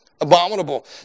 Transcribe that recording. abominable